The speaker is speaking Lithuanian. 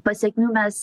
pasekmių mes